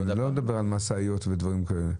אני לא מדבר על משאיות ודברים כאלה.